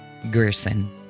Gerson